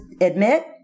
admit